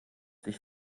sich